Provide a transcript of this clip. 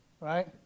Right